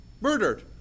murdered